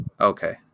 Okay